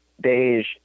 beige